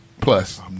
plus